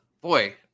boy